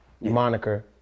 moniker